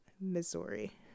missouri